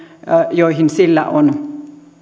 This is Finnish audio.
joihin sillä on